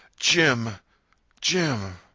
jim jim